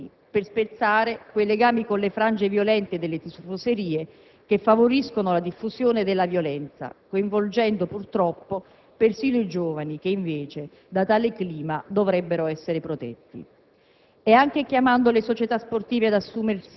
competono rispetto a simili fenomeni, per spezzare quei legami con le frange violente delle tifoserie che favoriscono la diffusione della violenza, coinvolgendo purtroppo persino i giovani che invece da tale clima dovrebbero essere protetti.